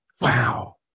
Wow